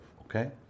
okay